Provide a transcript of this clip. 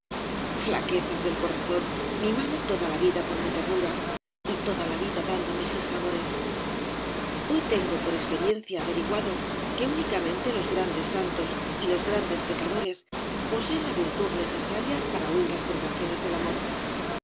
flaquezas del corazón mimado toda la vida por mi ternura y toda la vida dándome sinsabores hoy tengo por experiencia averiguado que únicamente los grandes santos y ios grandes pecadores poseen la virtud necesaria para huir las tentaciones del amor